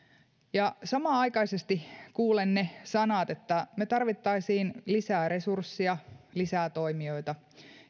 samanaikaisesti kuulen ne sanat että me tarvitsisimme lisää resursseja lisää toimijoita